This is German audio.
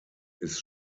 ist